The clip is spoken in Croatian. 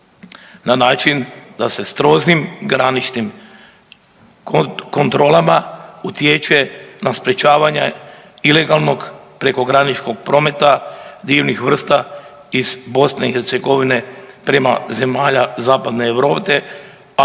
na način da se strožim graničnim kontrolama utječe na sprječavanje ilegalnog prekograničnog prometa divljih vrsta iz BiH prema zemalja zapadne Europe